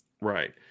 Right